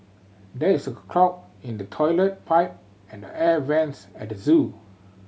there is a clog in the toilet pipe and the air vents at the zoo